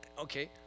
Okay